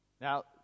Now